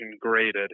graded